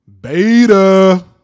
Beta